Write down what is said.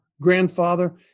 grandfather